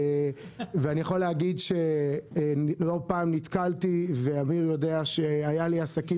ואני יכול להגיד שנתקלתי לא פעם ואמיר יודע שהיו לי עסקים